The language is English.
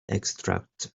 extract